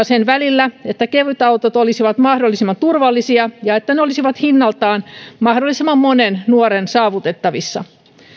sen välillä että kevytautot olisivat mahdollisimman turvallisia ja että ne olisivat hinnaltaan mahdollisimman monen nuoren saavutettavissa